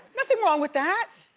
nothing wrong with that.